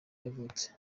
yavutse